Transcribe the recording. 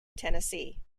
tennessee